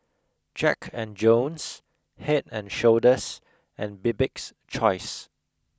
Jack and Jones Head and Shoulders and Bibik's Choice